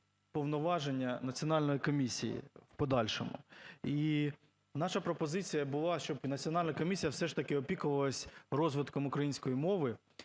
повноваження національної комісії в подальшому. І наша пропозиція була, щоб національна комісія все ж таки опікувалася розвитком української мови